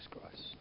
Christ